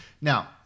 Now